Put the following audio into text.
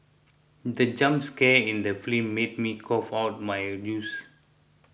the jump scare in the film made me cough out my juice